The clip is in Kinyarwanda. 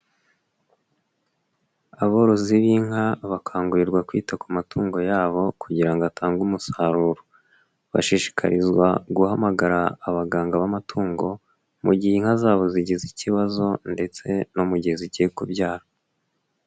Aborozi b'inka, bakangurirwa kwita ku matungo yabo kugira ngo atange umusaruro. Bashishikarizwa guhamagara abaganga b'amatungo, mu gihe inka zabo zigize ikibazo ndetse no mu gihe zigiye kubyara.